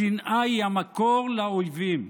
השנאה היא המקור לאויבים.